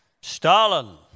Stalin